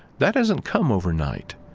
that doesn't come over night.